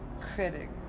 critic